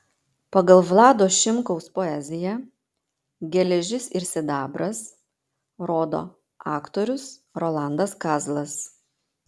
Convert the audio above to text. pagal vlado šimkaus poeziją geležis ir sidabras rodo aktorius rolandas kazlas